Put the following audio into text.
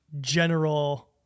general